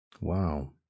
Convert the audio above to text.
Wow